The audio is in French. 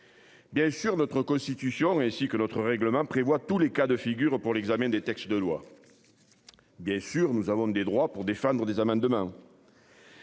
Bien sûr, notre constitution, ainsi que notre règlement prévoit tous les cas de figure pour l'examen des textes de loi. Bien sûr, nous avons des droits pour des femmes dont